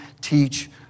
teach